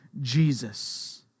Jesus